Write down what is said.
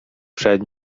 przed